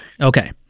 Okay